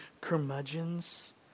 curmudgeons